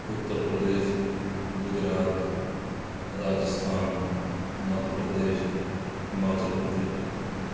Uttar Pradesh Gujarat Rajasthan Madhya Pradesh Himachal Pradesh